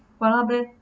koala bear